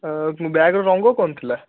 ବ୍ୟାଗ୍ର ରଙ୍ଗ କ'ଣ ଥିଲା